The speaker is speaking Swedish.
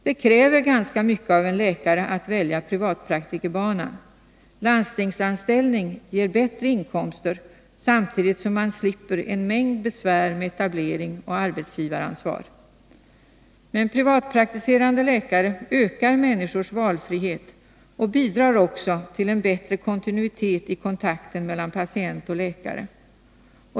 Det krävs ganska mycket av en läkare som väljer privatpraktikerbanan. Landstingsanställning ger bättre inkomst, samtidigt som man slipper en mängd besvär med etablering och arbetsgivaransvar. Privatpraktiserande läkare ökar människornas valfrihet och leder också till en bättre kontinuitet i kontakten mellan patient och läkare.